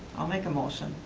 i'll make a motion,